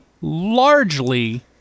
largely